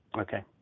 Okay